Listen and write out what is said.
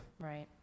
right